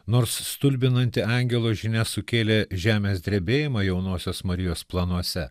nors stulbinanti angelo žinia sukėlė žemės drebėjimą jaunosios marijos planuose